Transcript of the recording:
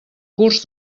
curs